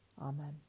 Amen